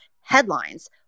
headlines